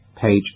page